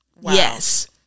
Yes